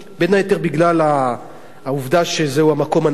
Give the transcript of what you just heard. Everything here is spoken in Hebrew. בין היתר בגלל העובדה שזהו המקום הנמוך